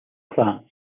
clans